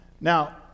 now